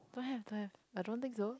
don't have don't have I don't think so